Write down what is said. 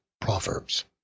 Proverbs